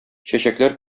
чәчәкләр